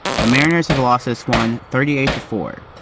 the mariners have lost this one, thirty eight to four.